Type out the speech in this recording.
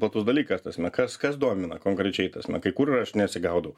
platus dalykas ta prasme kas kas domina konkrečiai ta prasme kai kur aš nesigaudau